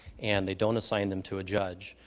and they don't assign them to a judge.